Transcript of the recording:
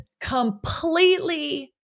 completely